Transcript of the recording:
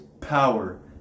power